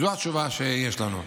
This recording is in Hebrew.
זו התשובה שיש לנו.